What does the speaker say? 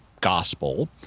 gospel